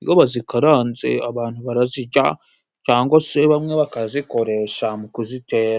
Iyo bazikaranze abantu barazirya cyangwa se bamwe bakazikoresha mu kuzitera.